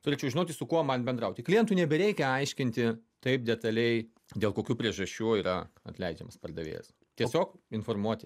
turėčiau žinoti su kuo man bendrauti klientui nebereikia aiškinti taip detaliai dėl kokių priežasčių yra atleidžiamas pardavėjas tiesiog informuoti